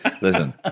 listen